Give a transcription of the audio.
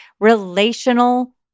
relational